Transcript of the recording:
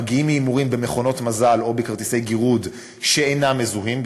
מגיעים מהימורים במכונות מזל או בכרטיסי זיהוי שאינם מזוהים.